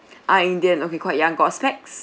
ah indian okay quite young got specs